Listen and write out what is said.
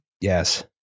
Yes